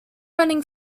running